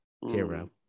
Hero